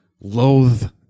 loathe